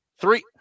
three